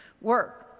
Work